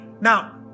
now